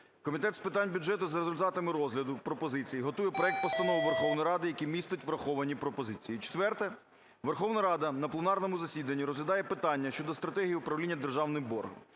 Комітет з питань бюджету за результатами розгляду пропозицій готує проект постанови Верховної Ради, який містить враховані пропозиції. Четверте. Верховна Рада на пленарному засіданні розглядає питання щодо стратегії управління державним боргом.